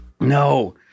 No